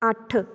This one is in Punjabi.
ਅੱਠ